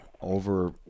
over